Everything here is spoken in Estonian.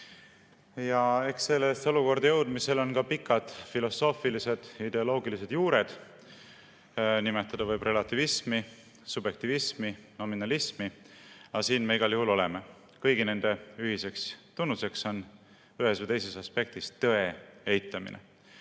Eks sellel olukorral ole ka pikad filosoofilised ja ideoloogilised juured. Nimetada võib relativismi, subjektivismi, nominalismi. Aga siin me igal juhul oleme. Kõigi nende ühiseks tunnuseks on ühes või teises aspektis tõe eitamine.